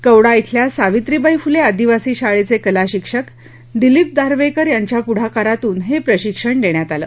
कवडा धिल्या सावित्रीबाई फुले आदिवासी शाळेचे कलाशिक्षक दिलीप दारव्हेकर यांच्या पुढाकारातून हे प्रशिक्षण देण्यात आलं